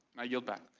i yield back.